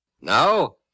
Now